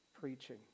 preaching